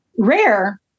Rare